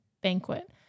banquet